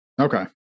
Okay